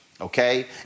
okay